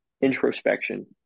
introspection